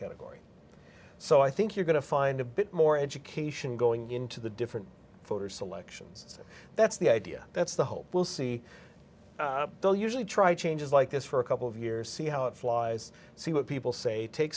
category so i think you're going to find a bit more education going into the different photos selections so that's the idea that's the hope we'll see though usually try changes like this for a couple of years see how it flies see what people say take